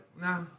Nah